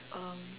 um